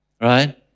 right